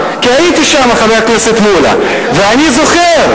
כי הייתי שם, חבר הכנסת מולה, ואני זוכר: